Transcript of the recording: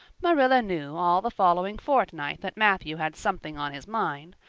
marilla knew all the following fortnight that matthew had something on his mind,